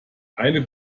eine